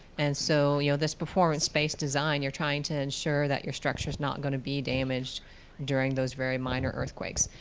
and so you know this performance-based design, you're trying to ensure that your structure is not gonna be damaged during those very minor earthquakes.